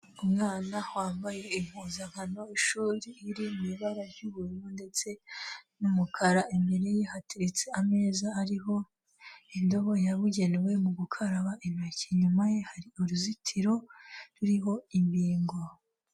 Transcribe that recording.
Umwana wambaye impuzankano y'ishuri iri mu ibara ry'ubururu ndetse n'umukara, imbere ye hateretse ameza ariho indobo yabugenewe mu gukaraba intoki, inyuma ye hari uruzitiro ruriho imbingo.